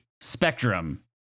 spectrum